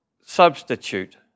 substitute